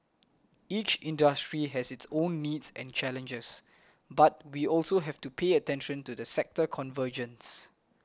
each industry has its own needs and challenges but we also have to pay attention to the sector convergence